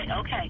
okay